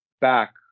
back